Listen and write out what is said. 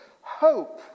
hope